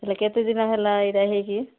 ହେଲେ କେତେ ଦିନ ହେଲା ଏଇଟା ହୋଇକି